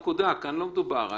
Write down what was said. להבנתנו, הוא לא כל כך דורש חידוד.